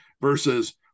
versus